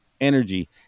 energy